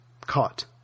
caught